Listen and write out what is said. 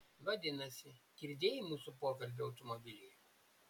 vadinasi girdėjai mūsų pokalbį automobilyje